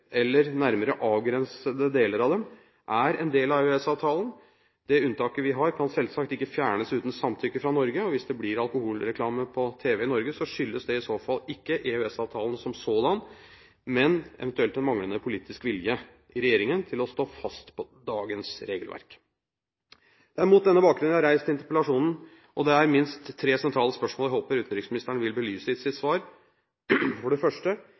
eller, nærmere, avgrensede deler av dem – er en del av EØS-avtalen. Det unntaket vi har, kan selvsagt ikke fjernes uten samtykke fra Norge. Hvis det blir alkoholreklame på tv i Norge, skyldes det i så fall ikke EØS-avtalen som sådan, men eventuelt en manglende politisk vilje i regjeringen til å stå fast på dagens regelverk. Det er mot denne bakgrunnen jeg har reist denne interpellasjonen, og det er minst tre sentrale spørsmål som jeg håper utenriksministeren vil belyse i sitt svar. For det første: